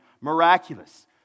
miraculous